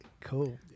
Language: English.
Cool